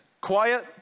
quiet